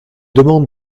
demande